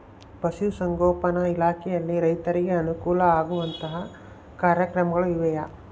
ಪಶುಸಂಗೋಪನಾ ಇಲಾಖೆಯಲ್ಲಿ ರೈತರಿಗೆ ಅನುಕೂಲ ಆಗುವಂತಹ ಕಾರ್ಯಕ್ರಮಗಳು ಇವೆಯಾ?